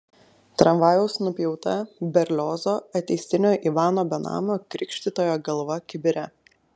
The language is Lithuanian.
tramvajaus nupjauta berliozo ateistinio ivano benamio krikštytojo galva kibire